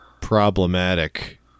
problematic